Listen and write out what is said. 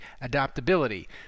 adaptability